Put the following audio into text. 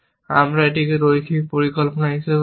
আমরা এটিকে রৈখিক পরিকল্পনা হিসাবেও ডাকি